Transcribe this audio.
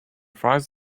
fries